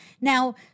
Now